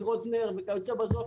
דירות נ"ר וכיוצא בזה.